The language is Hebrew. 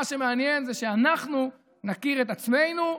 מה שמעניין זה שאנחנו נכיר את עצמנו,